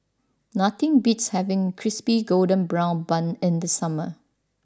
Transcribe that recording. nothing beats having Crispy Golden Brown Bun in the summer